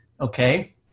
Okay